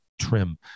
trim